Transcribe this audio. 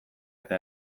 eta